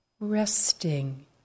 resting